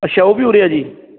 ਅੱਛਾ ਉਹ ਵੀ ਉਰੇ ਆ ਜੀ